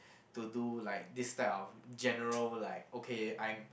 to do like this type of general like okay I'm